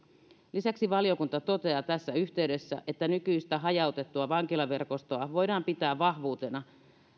lisäksi valiokunta toteaa tässä yhteydessä että nykyistä hajautettua vankilaverkostoa voidaan pitää vahvuutena